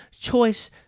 choice